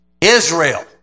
Israel